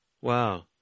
Wow